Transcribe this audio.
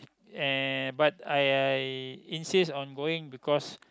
and but I I insist on going because